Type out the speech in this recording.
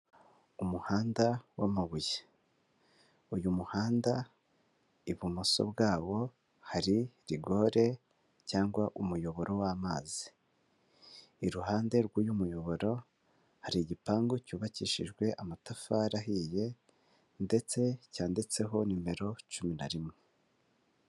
Umuhanda w'amabuye. Uyu muhanda ibumoso bwabo hari rigore cyangwa umuyoboro w'amazi, iruhande rw'uyu muyoboro hari igipangu cyubakishijwe amatafari ahiye ndetse cyanditseho nimero cumi na rimwe.